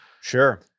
Sure